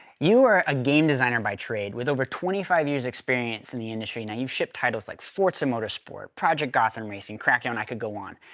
you are a game designer by trade with over twenty five years of experience in the industry. now, you've shipped titles like forza motorsport, project gotham racing, crackdown, i could go on.